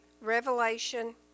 Revelation